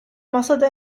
masada